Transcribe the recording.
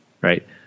Right